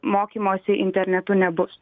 mokymosi internetu nebus